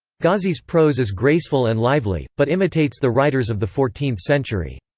gozzi's prose is graceful and lively, but imitates the writers of the fourteenth century.